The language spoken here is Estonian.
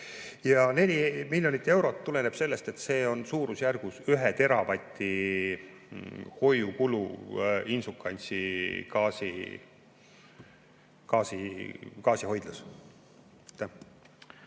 4 miljonit eurot tuleneb sellest, et see on suurusjärgus 1 teravati hoiukulu Inčukalnsi gaasihoidlas.